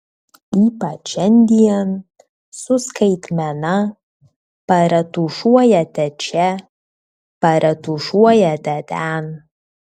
ypač šiandien su skaitmena paretušuojate čia paretušuojate ten